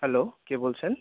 hello কে বলছেন